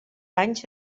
anys